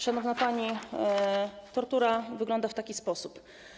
Szanowna pani, tortura wygląda w taki sposób: